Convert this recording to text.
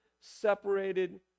separated